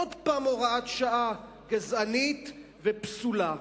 עוד פעם הוראת שעה גזענית ופסולה.